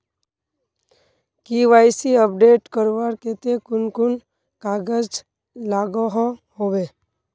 KYC update करवार केते कुन कुन कागज लागोहो होबे?